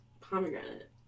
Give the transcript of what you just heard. pomegranate